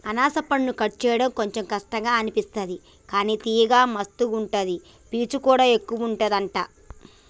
అనాస పండును కట్ చేయడం కొంచెం కష్టం అనిపిస్తది కానీ తియ్యగా మస్తు ఉంటది పీచు కూడా ఎక్కువుంటది అంట